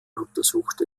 untersuchte